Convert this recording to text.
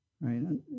Right